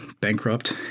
bankrupt